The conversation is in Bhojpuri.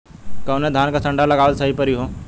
कवने धान क संन्डा लगावल सही परी हो?